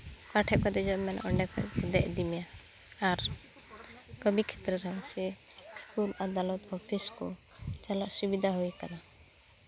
ᱚᱠᱟ ᱴᱷᱮᱡ ᱠᱷᱚᱡ ᱫᱮᱡᱚᱜ ᱮᱢ ᱢᱮᱱᱟ ᱚᱸᱰᱮ ᱠᱷᱚᱡ ᱜᱮ ᱫᱮᱡ ᱤᱫᱤ ᱢᱮᱭᱟ ᱟᱨ ᱠᱟᱹᱢᱤ ᱠᱷᱮᱛᱨᱚ ᱨᱮᱦᱚᱸ ᱥᱮ ᱤᱥᱠᱩᱞ ᱟᱫᱟᱞᱚᱛ ᱚᱯᱷᱤᱥ ᱠᱚ ᱪᱟᱞᱟᱜ ᱥᱩᱵᱤᱫᱟ ᱦᱩᱭ ᱠᱟᱱᱟ